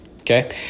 Okay